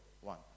one